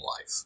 life